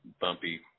bumpy